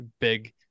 big